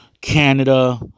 Canada